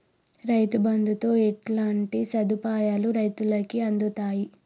రైతు బంధుతో ఎట్లాంటి సదుపాయాలు రైతులకి అందుతయి?